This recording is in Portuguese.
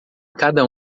cada